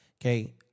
Okay